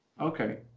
Okay